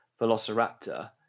Velociraptor